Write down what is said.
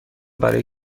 برای